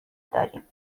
داریم